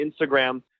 Instagram